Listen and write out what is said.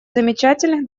замечательных